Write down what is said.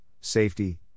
safety